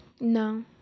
No